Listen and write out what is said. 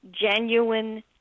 genuine